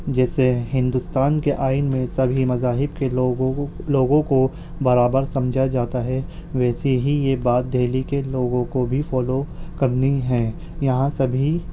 جیسے ہندوستان کے آئین میں سبھی مذاہب کے لوگوں کو لوگوں کو برابر سمجھا جاتا ہے ویسی ہی یہ بات دہلی کے لوگوں کو بھی فالو کرنی ہے یہاں سبھی